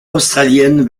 australienne